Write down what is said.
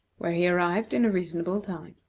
where he arrived in a reasonable time.